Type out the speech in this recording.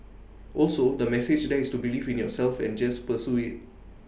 also the message there is to believe in yourself and just pursue IT